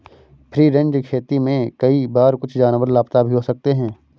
free range खेती में कई बार कुछ जानवर लापता भी हो सकते हैं